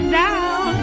down